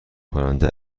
کننده